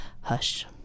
Hush